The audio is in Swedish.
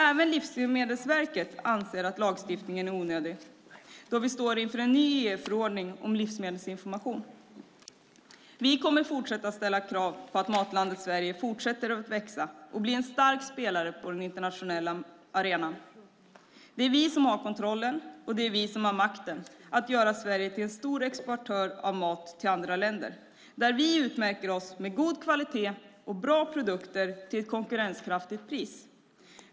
Även Livsmedelsverket anser att lagstiftningen är onödig eftersom vi står inför en ny EU-förordning om livsmedelsinformation. Vi kommer att fortsätta att ställa krav på att Matlandet Sverige fortsätter att växa och blir en stark spelare på den internationella arenan. Det är vi som har kontrollen och det är vi som har makten att göra Sverige till en stor exportör av mat till andra länder där vi utmärker oss med god kvalitet och bra produkter till ett konkurrenskraftigt pris.